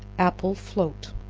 apple float.